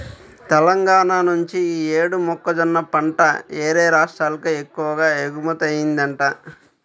తెలంగాణా నుంచి యీ యేడు మొక్కజొన్న పంట యేరే రాష్ట్రాలకు ఎక్కువగా ఎగుమతయ్యిందంట